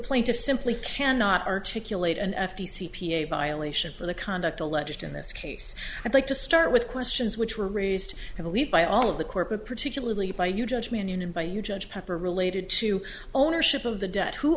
plaintiff simply cannot articulate an f t c p a violation for the conduct alleged in this case i'd like to start with questions which were raised i believe by all of the corporate particularly by you judge me and union by you judge pepper related to ownership of the debt who